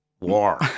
War